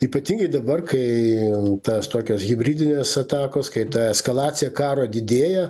ypatingai dabar kai tas tokios hibridinės atakos kai ta eskalacija karo didėja